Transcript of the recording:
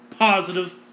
positive